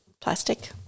plastic